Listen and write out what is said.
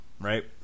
right